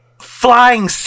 Flying